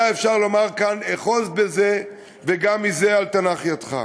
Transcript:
היה אפשר לומר כאן: אחוז בזה, וגם מזה אל תנח ידך.